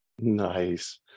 Nice